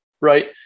right